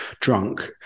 drunk